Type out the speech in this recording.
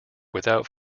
without